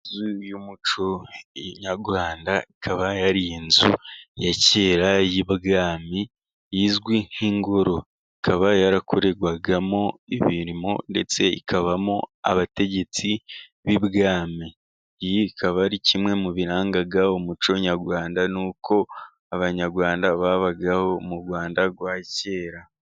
Inzu y'umuco nyarwanda, ikaba yari inzu ya kera y'ibwami izwi nk'ingoro. Ikaba yarakorerwagamo imirimo ndetse ikabamo abategetsi b'ibwami. Iyi ikaba ari kimwe mu biranga umuco nyarwanda, n'uko abanyarwanda babagaho mu rwanda rwa kera.